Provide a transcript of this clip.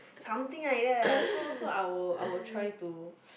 something like lah so so I will I will try to